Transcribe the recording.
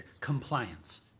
Compliance